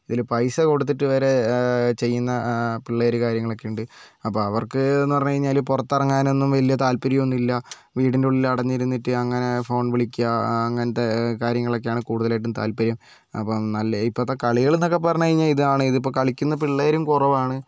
ഇതിൽ പൈസ കൊടുത്തിട്ട് വരെ ചെയ്യുന്ന പിള്ളേർ കാര്യങ്ങളൊക്കെയുണ്ട് അപ്പോൾ അവർക്ക് എന്ന് പറഞ്ഞു കഴിഞ്ഞാൽ പുറത്തിറങ്ങാനൊന്നും വലിയ താല്പര്യൊന്നുമില്ല വീടിന്റെ ഉള്ളിൽ അടഞ്ഞിരുന്നിട്ട് അങ്ങനെ ഫോൺ വിളിക്കാ അങ്ങനത്തെ കാര്യങ്ങളൊക്കെയാണ് കൂടുതലായിട്ടും താല്പര്യം അപ്പം നല്ല ഇപ്പോഴത്തെ കളികളെന്നൊക്കെ പറഞ്ഞ് കഴിഞ്ഞാൽ ഇതാണ് ഇതിപ്പോൾ കളിക്കുന്ന പിള്ളേരും കുറവാണ്